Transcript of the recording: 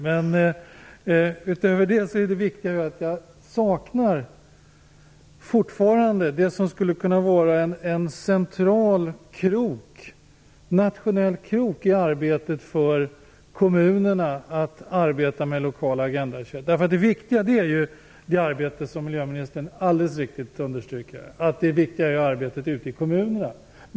Men utöver detta saknar jag fortfarande det som kan vara en nationell krok i arbetet för kommunerna att arbeta med lokala Agenda 21. Det viktiga är det som miljöministern understryker, nämligen arbetet i kommunerna.